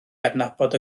adnabod